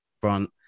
front